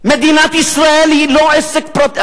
מדינת ישראל היא לא עסק פרטי.